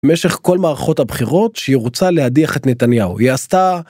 משך כל מערכות הבחירות שהיא רוצה להדיח את נתניהו, היא עשתה